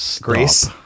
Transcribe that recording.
Grace